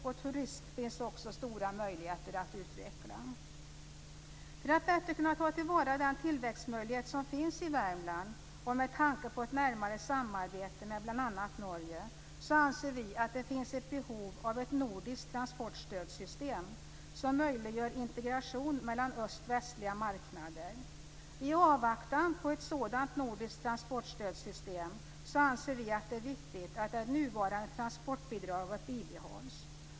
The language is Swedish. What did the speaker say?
Det finns också stora möjligheter att utveckla turismen. För att bättre kunna ta till vara den tillväxtmöjlighet som finns i Värmland och med tanke på ett närmare samarbete med bl.a. Norge anser vi att det finns ett behov av ett nordiskt transportstödssystem som möjliggör integration mellan öst-västliga marknader. I avvaktan på ett sådant nordiskt transportstödssystem anser vi att det är viktigt att det nuvarande transportbidraget behålls.